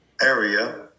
area